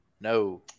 No